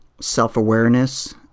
self-awareness